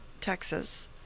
Texas